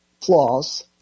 flaws